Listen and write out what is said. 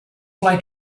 fly